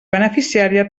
beneficiària